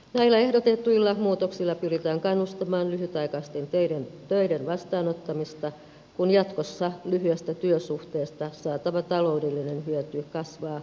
näillä ehdotetuilla muutoksilla pyritään kannustamaan lyhytaikaisten töiden vastaanottamiseen kun jatkossa lyhyestä työsuhteesta saatava taloudellinen hyöty kasvaa olennaisesti